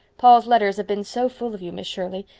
paul's letters have been so full of you, miss shirley,